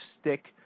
stick